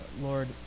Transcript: Lord